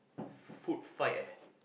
foot fight eh